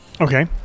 Okay